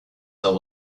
that